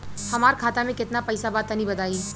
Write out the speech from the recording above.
हमरा खाता मे केतना पईसा बा तनि बताईं?